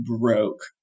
broke